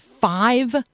five